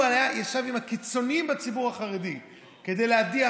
הוא ישב עם הקיצונים בציבור החרדי כדי להדיח